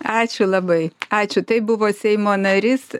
ačiū labai ačiū tai buvo seimo narys